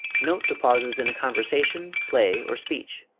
note the pauses in a conversation, play, or speech.